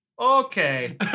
Okay